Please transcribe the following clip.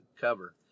cover